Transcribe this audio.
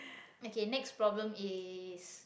okay next problem is